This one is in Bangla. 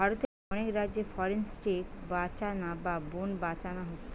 ভারতের অনেক রাজ্যে ফরেস্ট্রি বাঁচানা বা বন বাঁচানা হচ্ছে